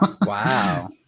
wow